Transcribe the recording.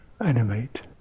animate